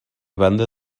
banda